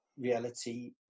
Reality